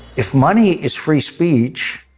if money is free speech,